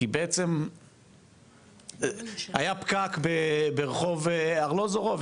כי לדוגמה היה פקק ברחוב ארלוזורוב,